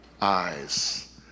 eyes